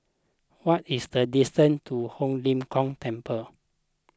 what is the distance to Ho Lim Kong Temple